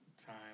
time